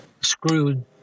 screwed